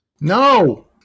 No